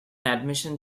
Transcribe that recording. admission